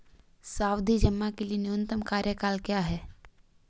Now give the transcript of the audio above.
सावधि जमा के लिए न्यूनतम कार्यकाल क्या है?